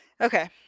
okay